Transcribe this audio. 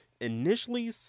initially